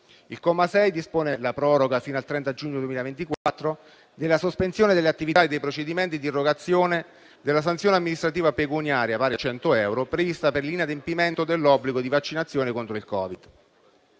Il comma 6 dispone la proroga, fino al 30 giugno 2024, della sospensione delle attività e dei procedimenti di irrogazione della sanzione amministrativa pecuniaria (pari a 100 euro) prevista per l'inadempimento dell'obbligo di vaccinazione contro il Covid.